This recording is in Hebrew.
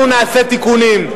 אנחנו נעשה תיקונים.